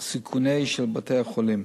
סיכוני של בתי-החולים.